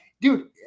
dude